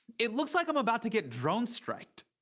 it looks like i'm about to get drone-striked.